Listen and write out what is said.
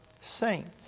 saints